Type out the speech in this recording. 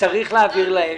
שצריך להעביר להם.